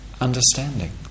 understanding